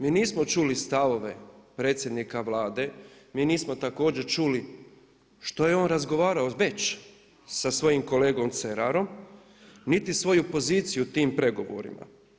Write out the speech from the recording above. Mi nismo čuli stavove predsjednika Vlade, mi nismo također čuli što je on razgovarao već sa svojim kolegom Cerarom, niti svoju poziciju u tim pregovorima.